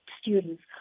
students